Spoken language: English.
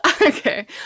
Okay